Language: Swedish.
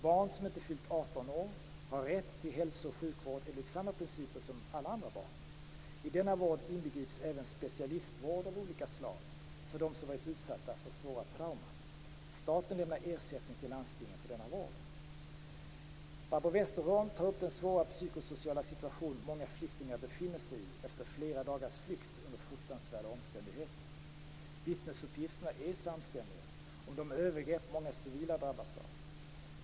Barn som inte fyllt arton år har rätt till hälso och sjukvård enligt samma principer som alla andra barn. I denna vård inbegrips även specialistvård av olika slag för dem som varit utsatta för svåra trauman. Staten lämnar ersättning till landstingen för denna vård. Barbro Westerholm tar upp den svåra psykosociala situation många flyktingar befinner sig i efter flera dagars flykt under fruktansvärda omständigheter. Vittnesuppgifterna är samstämmiga om de övergrepp många civila drabbats av.